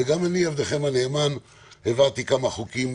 וגם אני, עבדכם הנאמן, העברתי כמה חוקים